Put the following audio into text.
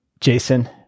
Jason